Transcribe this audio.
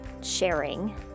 sharing